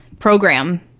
program